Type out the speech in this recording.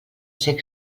ser